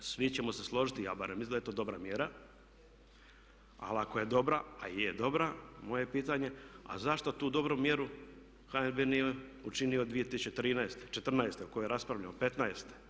Svi ćemo se složiti, ja barem mislim da je to dobra mjera ali ako je dobra a je dobra, moje je pitanje a zašto tu dobru mjeru HNB nije učinio 2013. , '14. o kojoj je raspravljao, '15.